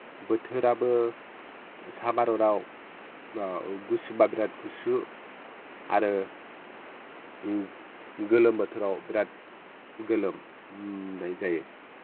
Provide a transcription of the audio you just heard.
बोथोराबो सा भारताव ओ गुसु बा बिरात गुसु आरो ओ गोलोम बोथोराव बिराद गोलोमनाय जायो